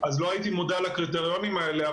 לא הייתי מודע לקריטריונים האלה.